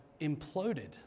imploded